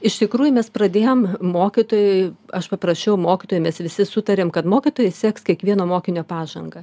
iš tikrųjų mes pradėjom mokytojai aš paprašiau mokytojų mes visi sutarėm kad mokytojai seks kiekvieno mokinio pažangą